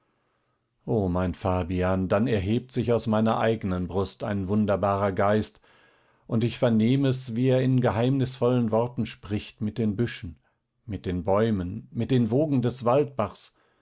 o mein fabian dann erhebt sich aus meiner eignen brust ein wunderbarer geist und ich vernehm es wie er in geheimnisvollen worten spricht mit den büschen mit den bäumen mit den wogen des waldbachs